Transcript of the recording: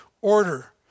order